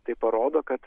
tai parodo kad